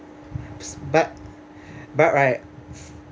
but but right